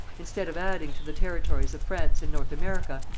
instead of adding to the territories of france in north america,